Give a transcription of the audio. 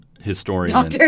historian